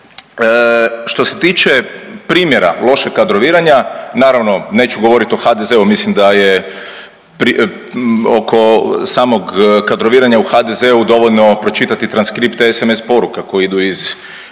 što se tiče primjera lošeg kadroviranja naravno neću govorit o HDZ-u mislim da je oko samog kadroviranja u HDZ-u dovoljno pročitati transkripte SMS poruka koje idu iz